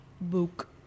book